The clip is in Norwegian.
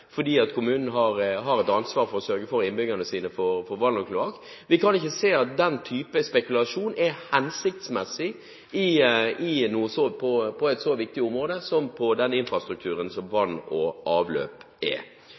at man tar deler av offentlig infrastruktur og selger den ut, og så leier den tilbake igjen, fordi kommunen har et ansvar for å sørge for vann og kloakk for innbyggerne sine. Vi kan ikke se at den type spekulasjon er hensiktsmessig på et så viktig område som infrastrukturen